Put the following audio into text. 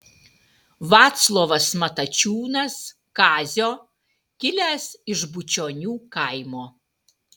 vaclovas matačiūnas kazio kilęs iš bučionių kaimo